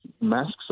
masks